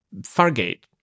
Fargate